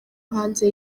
hanze